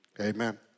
Amen